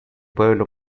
pueblo